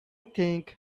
think